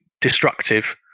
destructive